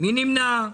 מי נמנע?